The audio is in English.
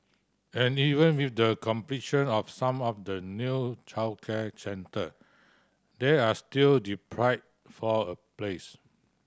and even with the completion of some of the new childcare centre they are still deprived for a place